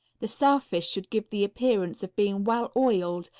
the surface should give the appearance of being well oiled,